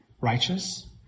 righteous